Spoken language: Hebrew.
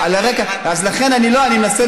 אני איתך